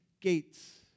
gates